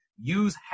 Use